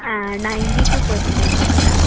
ninety two പേഴ്സൺൻറ്റേജുണ്ട്